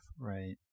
Right